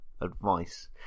advice